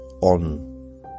on